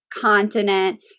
continent